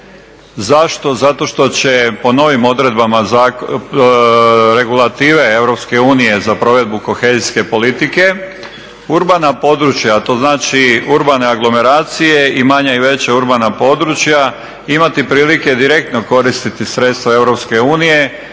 Zašto, zato što će po novim odredbama regulative Europske unije za provedbu kohezijske politike urbana područja, a to znači urbane aglomeracije i manja i veća urbana područja, imati prilike direktno koristiti sredstva